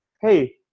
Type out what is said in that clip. hey